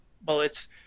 bullets